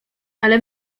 ale